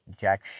jack